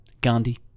Gandhi